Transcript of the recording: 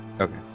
Okay